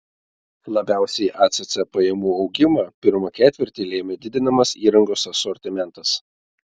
labiausiai acc pajamų augimą pirmą ketvirtį lėmė didinamas įrangos asortimentas